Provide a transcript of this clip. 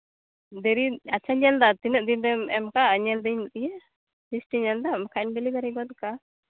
ᱫᱮᱨᱤᱭᱮᱱ ᱟᱪᱪᱷᱟᱧ ᱧᱮᱞᱫᱟ ᱛᱤᱱᱟᱹᱜ ᱫᱤᱱ ᱨᱮᱢ ᱮᱢ ᱠᱟᱜ ᱧᱮᱞ ᱫᱟᱹᱧ ᱤᱱᱟᱹᱜ ᱛᱮᱜᱮ ᱞᱤᱥᱴ ᱤᱧ ᱧᱮᱞᱫᱟ ᱵᱟᱠᱷᱟᱡ ᱤᱧ ᱰᱮᱞᱤᱵᱷᱟᱨᱤ ᱜᱚᱫ ᱠᱟᱜᱼᱟ